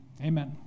Amen